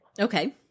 okay